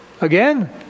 Again